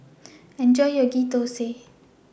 Enjoy your Ghee Thosai